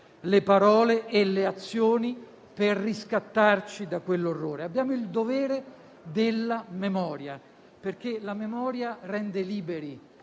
le parole e le azioni per riscattarci da quell'orrore. Abbiamo il dovere della memoria. Perché la memoria rende liberi,